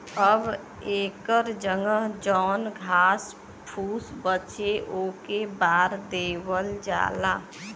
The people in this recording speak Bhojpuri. अब एकर जगह जौन घास फुस बचे ओके बार देवल जाला